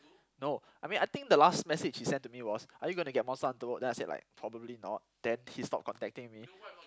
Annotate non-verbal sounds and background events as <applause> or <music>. no I mean I think the last message he sent to me was are you going to get then I said like probably not then he stop contacting me <noise>